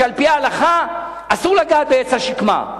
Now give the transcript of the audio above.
שעל-פי ההלכה אסור לגעת בעץ השקמה,